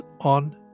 on